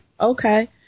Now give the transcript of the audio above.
Okay